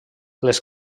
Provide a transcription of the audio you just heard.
les